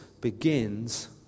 begins